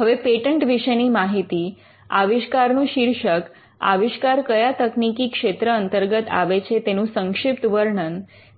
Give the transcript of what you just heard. હવે પેટન્ટ વિશે ની માહિતી આવિષ્કારનું શીર્ષક આવિષ્કાર કયા તકનીકી ક્ષેત્ર અંતર્ગત આવે છે તેનું સંક્ષિપ્ત વર્ણન